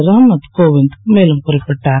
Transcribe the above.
ராம்நாத் கோவிந்த் மேலும் குறிப்பிட்டார்